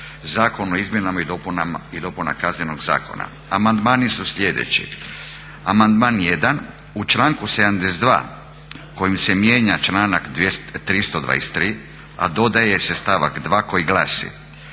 Zakon o izmjenama i dopunama Kaznenog zakona. Amandmani su sljedeći, amandman 1, u članku 72.kojim se mijenja članak 323, a dodaje se stavak 2. koji glasi: